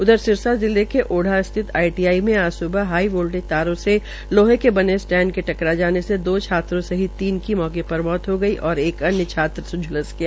उधर सिरसा जिले के ओठां स्थित आईटीआई में आज स्बह हाईवोल्टेज तारों से लौहे के बने स्टैंड से टकरा जाने से दो छात्रों सहित तीन की मौके पर ही मौत हो गई और एक अन्य छात्र झूलस गया